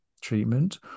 treatment